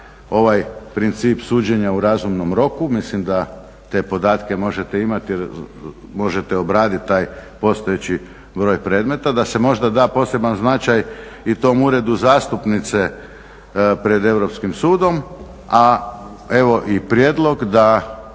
ova princip suđenja u razumnom roku, mislim da te podatke možete imati, možete obraditi taj postojeći broj predmeta da se možda da poseban značaj i tom Uredu zastupnice pred Europskim sudom. A evo i prijedlog da